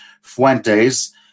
Fuentes